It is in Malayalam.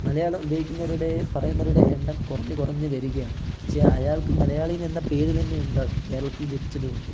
മലയാളം ഉപയോഗിക്കുന്നവരുടെ പറയുന്നവരുടെ എണ്ണം കുറഞ്ഞ് കുറഞ്ഞ് വരികയാണ് പക്ഷേ അയാൾക്ക് മലയാളി എന്ന പേര് തന്നെ ഉണ്ടാകും കേരളത്തിൽ ജനിച്ചതുകൊണ്ട്